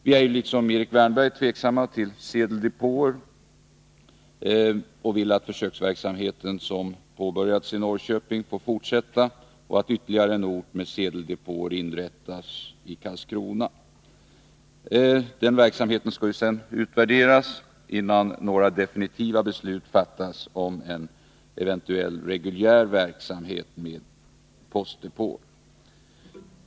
Vi är liksom Erik Wärnberg tveksamma till sedeldepåer och vill att försöksverksamheten som har påbörjats i Norrköping får fortsätta och att ytterligare en sedeldepå inrättas i Karlskrona. Denna verksamhet skall sedan utvärderas innan några definitiva beslut fattas om en eventuell reguljär verksamhet med postdepåer.